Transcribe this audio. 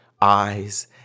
eyes